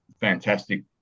fantastic